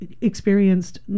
experienced